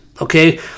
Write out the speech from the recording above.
okay